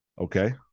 Okay